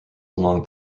along